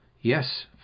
Yes